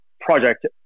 Project